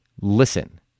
Listen